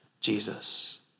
Jesus